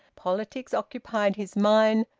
politics occupied his mind,